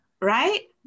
Right